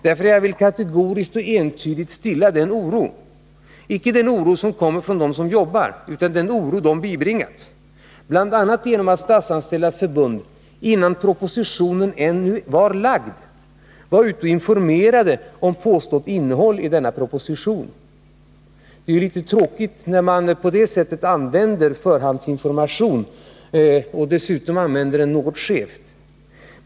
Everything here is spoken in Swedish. Jag vill nämligen kategoriskt och entydigt stilla oron — icke den oro som kommer från dem som jobbar utan den oro som de bibringats, bl.a. genom att Statsanställdas förbund innan propositionen ännu var framlagd var ute och informerade om påstått innehåll i denna proposition. Det är litet tråkigt när man på det sättet använder förhandsinformation och dessutom använder den något skevt.